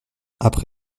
après